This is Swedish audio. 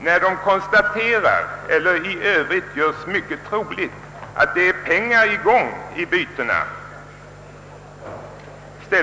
ställer sig avvisande till byten när det konstateras eller görs mycket troligt att det är pengar i gång vid bytena.